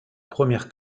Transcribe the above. première